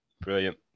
Brilliant